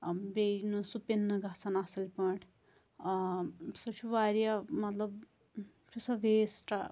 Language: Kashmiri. ٲں بیٚیہِ نہٕ سُپن نہٕ گژھان اصٕل پٲٹھۍ ٲں سۄ چھُ واریاہ مطلب چھِ سۄ ویسٹہٕ